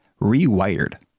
rewired